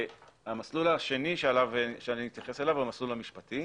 המסלול השני שאני אתייחס אליו הוא המסלול המשפטי,